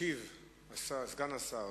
ישיב סגן השר,